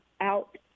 out